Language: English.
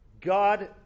God